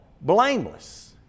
blameless